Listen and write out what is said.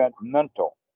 mental